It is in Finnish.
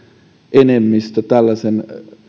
enemmistö tällaisen